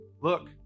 look